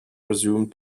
resumed